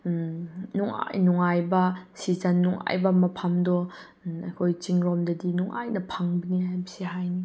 ꯅꯨꯡꯉꯥꯏ ꯅꯨꯡꯉꯥꯏꯕ ꯁꯤꯖꯟ ꯅꯨꯡꯉꯥꯏꯕ ꯃꯐꯝꯗꯣ ꯑꯩꯈꯣꯏ ꯆꯤꯡ ꯔꯣꯝꯗꯗꯤ ꯅꯨꯡꯉꯥꯏꯅ ꯐꯪꯕꯅꯤ ꯍꯥꯏꯕꯁꯦ ꯍꯥꯏꯅꯤꯡꯏ